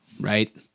right